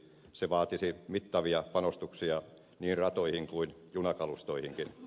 se vaatisi mittavia panostuksia niin ratoihin kuin junakalustoihinkin